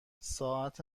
ساعت